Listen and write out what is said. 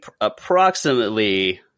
approximately